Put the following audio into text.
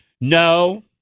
No